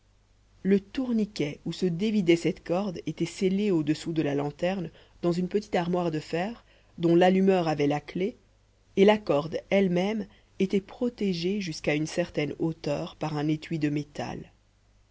le tourniquet où se dévidait cette corde était scellé au-dessous de la lanterne dans une petite armoire de fer dont l'allumeur avait la clef et la corde elle-même était protégée jusqu'à une certaine hauteur par un étui de métal